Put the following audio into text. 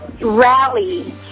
Rally